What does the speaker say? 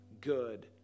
good